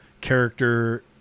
character